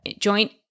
joint